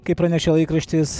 kaip pranešė laikraštis